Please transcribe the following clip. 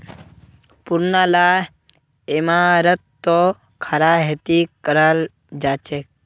पुरना ला इमारततो खड़ा खेती कराल जाछेक